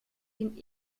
den